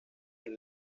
del